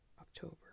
october